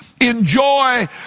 enjoy